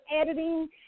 editing